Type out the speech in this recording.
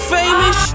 famous